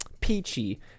peachy